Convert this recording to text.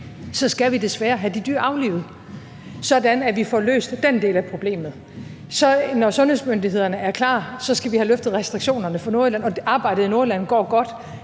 så skal vi desværre have de dyr aflivet, sådan at vi får løst den del af problemet. Når sundhedsmyndighederne er klar, skal vi have løftet restriktionerne for Nordjylland. Arbejdet i Nordjylland går godt.